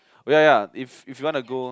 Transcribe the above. ya if you wanna go